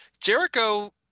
Jericho